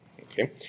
okay